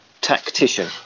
Tactician